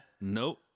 Nope